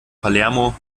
palermo